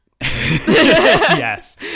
Yes